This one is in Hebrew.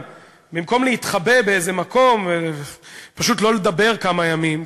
במקום להתחבא באיזה מקום ולא לדבר כמה ימים,